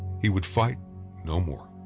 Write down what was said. he would fight no more.